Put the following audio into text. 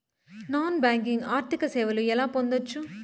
Non banking ఆర్థిక సేవలు ఎలా పొందొచ్చు?